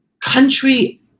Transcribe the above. country